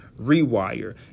rewire